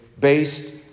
based